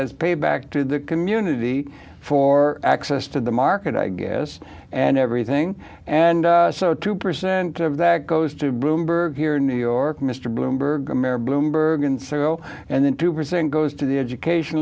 as payback to the community for access to the market i guess and everything and so two percent of that goes to bloomberg here in new york mr bloomberg the mayor bloomberg and sorrow and then two percent goes to the education